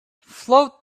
float